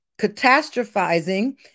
catastrophizing